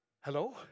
Hello